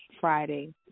Friday